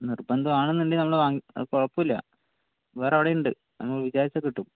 നിർബന്ധം ആണെന്നുണ്ടെങ്കിൽ കുഴപ്പം ഇല്ല വേറെ അവിടെ ഉണ്ട് നമ്മൾ വിചാരിച്ചാൽ കിട്ടും